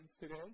today